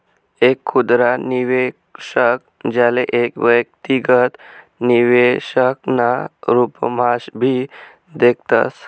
एक खुदरा निवेशक, ज्याले एक व्यक्तिगत निवेशक ना रूपम्हाभी देखतस